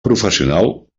professional